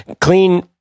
clean